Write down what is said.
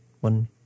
One